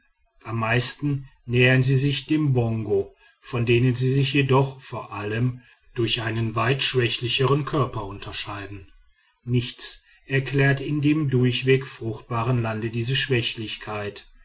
am meisten nähern sie sich den bongo von denen sie sich jedoch vor allem durch einen weit schwächlicheren körper unterscheiden nichts erklärt in dem durchweg fruchtbaren lande diese schwächlichkeit